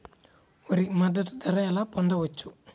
వరి మద్దతు ధర ఎలా పొందవచ్చు?